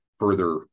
Further